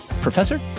professor